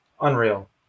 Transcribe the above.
Unreal